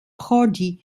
prodi